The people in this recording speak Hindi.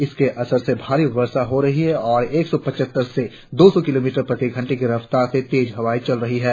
इसके असर से भारी वर्षा हो रहि है और एक सौ पचहत्तर से दो सौ किलोमीटर प्रति घंटे की रफ्तार से तेज हवाएं चल रही हैं